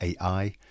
AI